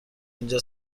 اینجا